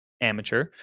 amateur